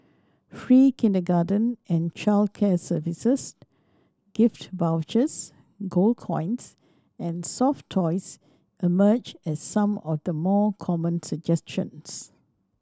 free kindergarten and childcare services gift vouchers gold coins and soft toys emerged as some of the more common suggestions